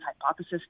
hypothesis